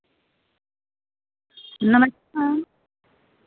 नमस्कार